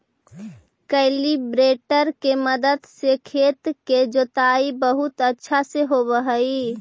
cultivator के मदद से खेत के जोताई बहुत अच्छा से होवऽ हई